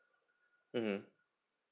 mmhmm